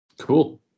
Cool